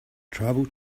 tribal